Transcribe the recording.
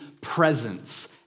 presence